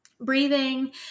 breathing